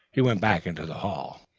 he went back into the hall.